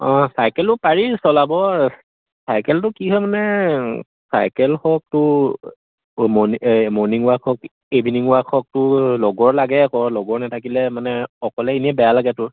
অঁ চাইকেলো পাৰি চলাব চাইকেলটো কি হয় মানে চাইকেল হওক তোৰ মৰ্ণনিং ৱাক হওক ইভিননিং ৱাক হওক তোৰ লগৰ লাগে আকৌ লগৰ নাথাকিলে মানে অকলে এনেই বেয়া লাগে তোৰ